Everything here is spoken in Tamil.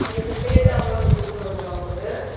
அதுக்கு சேர்த்து அமௌண்ட்டு கொடுக்கணுங்களா உங்களுக்கு